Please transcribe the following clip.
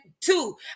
two